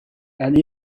and